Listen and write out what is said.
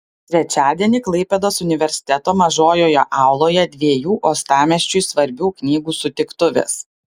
trečiadienį klaipėdos universiteto mažojoje auloje dviejų uostamiesčiui svarbių knygų sutiktuvės